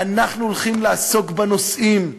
אנחנו הולכים לעסוק בנושאים החשובים,